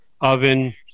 oven